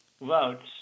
votes